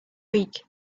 week